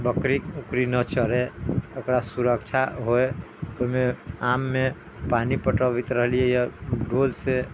बकरी उकरी ना चरे ओकरा सुरक्षा होइ ओहिमे आम मे पानी पटबैत रहलियै डोल से